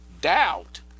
doubt